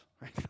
Right